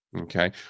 okay